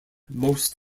most